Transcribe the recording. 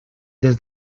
des